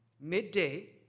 midday